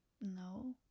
No